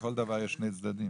לכל דבר יש שני צדדים.